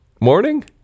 Morning